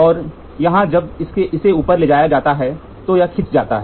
और यहां जब इसे ऊपर ले जाया जाता है तो खिंच जाता है